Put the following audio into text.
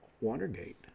Watergate